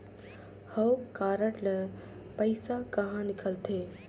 हव कारड ले पइसा कहा निकलथे?